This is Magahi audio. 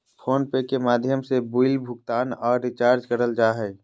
फोन पे के माध्यम से बिल भुगतान आर रिचार्ज करल जा हय